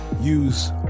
use